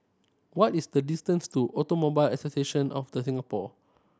what is the distance to Automobile Association of The Singapore